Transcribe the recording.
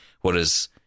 Whereas